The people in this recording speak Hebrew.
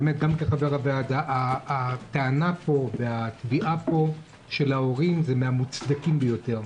גם כחבר הוועדה הטענה פה והתביעה פה של ההורים זה מהמוצדקים ביותר.